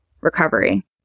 recovery